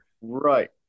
Right